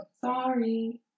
Sorry